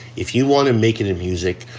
if you want to make it in music,